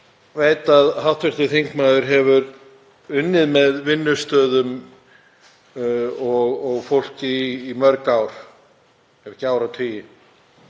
veit að hv. þingmaður hefur unnið með vinnustöðum og fólki í mörg ár ef ekki áratugi,